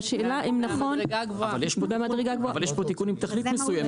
והשאלה אם נכון --- אבל יש פה תיקון עם תכלית מסוימת.